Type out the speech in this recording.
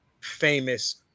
famous